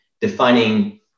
defining